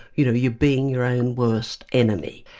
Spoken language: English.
you know, you're being your own worse enemy.